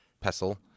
pestle